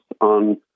on